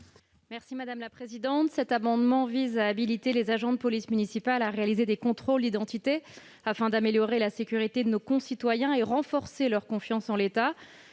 Borchio Fontimp. Cet amendement tend à autoriser les agents de police municipale à réaliser des contrôles d'identité afin d'améliorer la sécurité de nos concitoyens et de renforcer leur confiance en l'État.